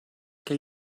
que